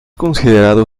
considerado